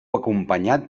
acompanyat